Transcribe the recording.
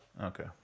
Okay